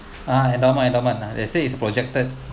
ah endowment endowment they say it's projected